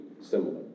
similar